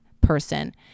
person